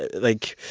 like,